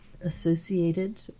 associated